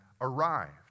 arrived